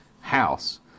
house